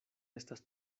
estas